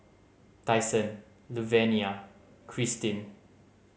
Tyson Luvenia Krystin